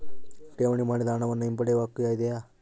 ಠೇವಣಿ ಮಾಡಿದ ಹಣವನ್ನು ಹಿಂಪಡೆಯವ ಹಕ್ಕು ಇದೆಯಾ?